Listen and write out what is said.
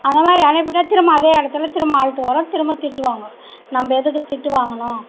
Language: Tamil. அந்தமாதிரி அனுப்பிவிட்டா திரும்ப அதே இடத்துல திரும்ப ஆல்ட் வரும் திரும்ப திட்டுவாங்க நம்பம எதுக்கு திட்டு வாங்கணும்